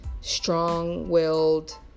strong-willed